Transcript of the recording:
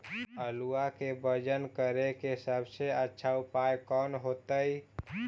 आलुआ के वजन करेके सबसे अच्छा उपाय कौन होतई?